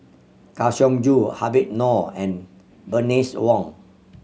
Kang Siong Joo Habib Noh and Bernice Wong